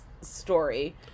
story